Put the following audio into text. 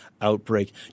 outbreak